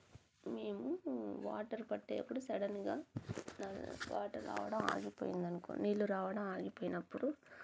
మేము వాటర్ పట్టేప్పుడు సడన్గా వాటర్ రావడం ఆగిపోయిందనుకో నీళ్ళు రావడం ఆగిపోయినప్పుడు